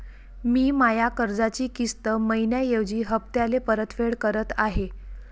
मी माया कर्जाची किस्त मइन्याऐवजी हप्त्याले परतफेड करत आहे